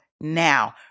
now